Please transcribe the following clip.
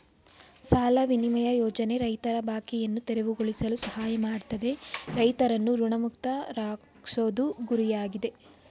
ಸಾಲ ವಿನಿಮಯ ಯೋಜನೆ ರೈತರ ಬಾಕಿಯನ್ನು ತೆರವುಗೊಳಿಸಲು ಸಹಾಯ ಮಾಡ್ತದೆ ರೈತರನ್ನು ಋಣಮುಕ್ತರಾಗ್ಸೋದು ಗುರಿಯಾಗಿದೆ